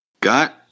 got